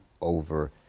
over